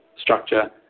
structure